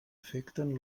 afecten